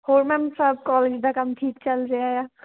ਹੋਰ ਮੈਮ ਸਭ ਕੋਲੇਜ ਦਾ ਕੰਮ ਠੀਕ ਚੱਲ ਰਿਹਾ ਏ ਆ